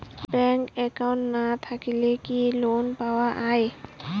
Bank account না থাকিলে কি লোন পাওয়া য়ায়?